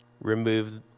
remove